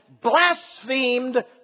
blasphemed